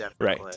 Right